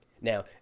Now